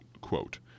quote